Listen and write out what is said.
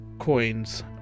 coins